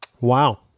Wow